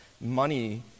money